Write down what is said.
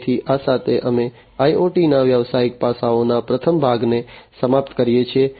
તેથી આ સાથે અમે IoT ના વ્યવસાયિક પાસાઓના પ્રથમ ભાગને સમાપ્ત કરીએ છીએ